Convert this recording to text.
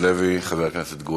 אומנם הנושא באמת חשוב,